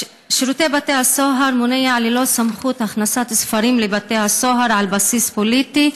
שירות בתי הסוהר מונע ללא סמכות הכנסת ספרים לבתי הסוהר על בסיס פוליטי.